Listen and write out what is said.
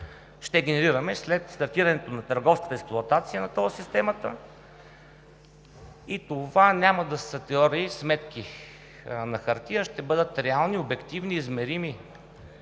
ще генерираме след стартирането на търговската експлоатация на тол системата. Това няма да са теории, сметки на хартия, а ще бъдат реални, обективни, измерими,